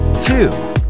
two